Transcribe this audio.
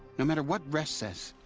no matter what resh says.